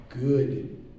good